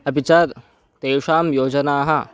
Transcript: अपि च तेषां योजनाः